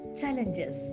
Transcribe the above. challenges